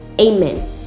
Amen